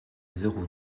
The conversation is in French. zéro